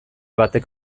batek